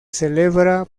celebra